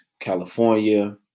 California